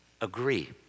agree